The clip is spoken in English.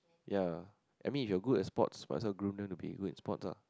ya I mean if you are good in sports must as well groom them to be good in sports ah